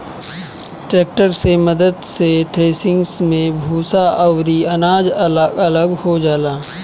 tractor के मद्दत से थ्रेसिंग मे भूसा अउरी अनाज अलग अलग हो जाला